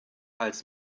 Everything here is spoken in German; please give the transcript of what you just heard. als